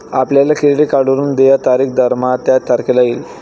आपल्या क्रेडिट कार्डवरून देय तारीख दरमहा त्याच तारखेला येईल